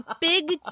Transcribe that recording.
big